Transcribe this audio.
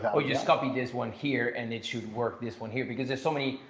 but we'll just copy this one here and it should work this one here because there are so many.